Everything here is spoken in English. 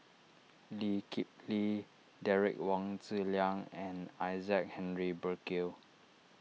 Lee Kip Lee Derek Wong Zi Liang and Isaac Henry Burkill